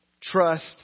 Trust